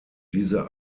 diese